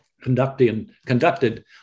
conducted